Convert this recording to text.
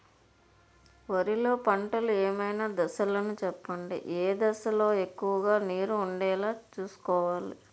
వరిలో పంటలు ఏమైన దశ లను చెప్పండి? ఏ దశ లొ ఎక్కువుగా నీరు వుండేలా చుస్కోవలి?